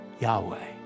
yahweh